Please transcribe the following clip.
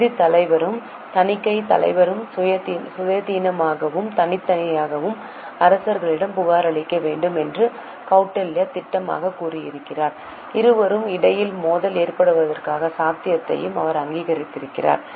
நிதித் தலைவரும் தணிக்கைத் தலைவரும் சுயாதீனமாகவும் தனித்தனியாகவும் அரசரிடம் புகாரளிக்க வேண்டும் என்று கௌடில்யா திட்டவட்டமாகக் கூறினார் இருவருக்கும் இடையில் மோதல் ஏற்படுவதற்கான சாத்தியத்தை அவர் அங்கீகரித்தார்